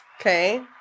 Okay